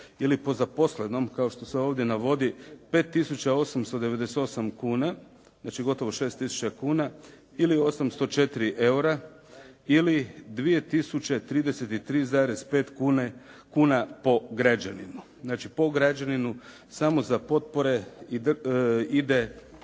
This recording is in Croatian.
ili po zaposlenom kao što se ovdje navodi 5 tisuća 898 kuna, znači gotovo 6 tisuća kuna ili 804 eura ili 2 tisuće 33,5 kune po građaninu, znači po građaninu samo za potpore ide